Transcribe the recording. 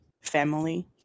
family